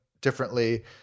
differently